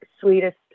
sweetest